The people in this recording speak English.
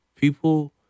People